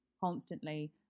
Constantly